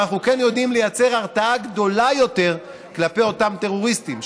אבל אנחנו כן יודעים לייצר הרתעה גדולה יותר כלפי אותם טרוריסטים,